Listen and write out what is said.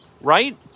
Right